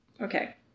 Okay